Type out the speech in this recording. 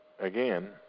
again